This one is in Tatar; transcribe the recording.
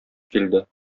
килде